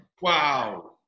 Wow